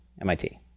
MIT